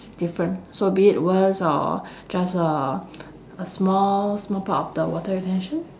different so be it worst or just a a small small part of the water retention